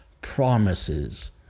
promises